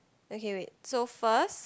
okay wait so first